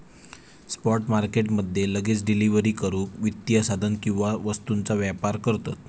spot market मध्ये लगेच delivery करूक वित्तीय साधन किंवा वस्तूंचा व्यापार करतत